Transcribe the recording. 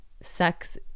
sex